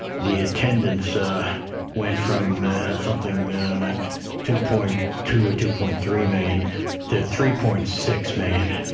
the attendance went from something yeah like two point two or two point three million to three point six million,